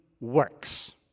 works